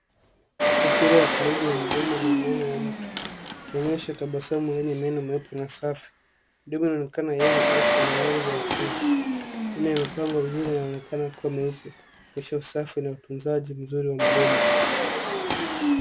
Tafwari ya karibu ya mdomo na meno mtu akionyesha tabasamu wenye meno meupe safi. Mdomo inaonekana enye afya na rangi ya asili. Jino imepangwa vizuri na inaonekana kuwa meupe kuhakikisha usafi na utunzaji mzuri wa mdomo.